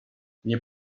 nie